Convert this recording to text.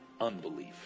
unbelief